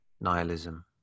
nihilism